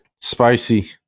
Spicy